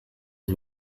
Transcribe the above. has